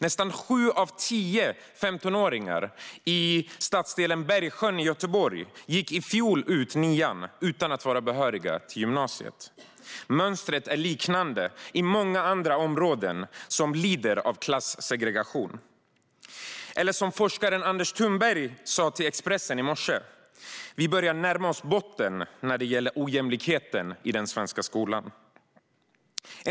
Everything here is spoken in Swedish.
Nästan sju av tio 15-åringar i stadsdelen Bergsjön i Göteborg gick i fjol ut nian utan att vara behöriga till gymnasiet. Mönstret är liknande i många andra områden som lider av klassegregation. Eller, som forskaren Anders Thunberg sa till Expressen i morse: Vi börjar närma oss botten när det gäller ojämlikheten i den svenska skolan.